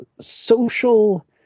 social